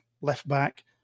left-back